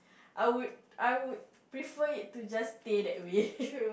I would I would prefer it to just stay that way